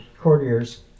courtiers